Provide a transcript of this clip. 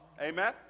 Amen